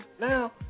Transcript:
Now